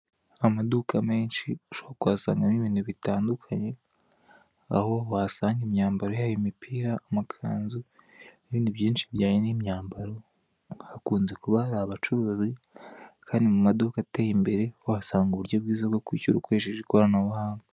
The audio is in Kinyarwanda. Amaduka menshi ushobora kuyasangamo ibintu bitandukanye aho wasanga imyambaro yayo imipira amakanzu n'ibindi byinshi bijyanye n'imyambaro, hakunze kuba hari abacuruzi kandi mu maduka ateye imbere uhasanga uburyo bwiza bwo kwishyura ukoresheje ikoranabuhanga.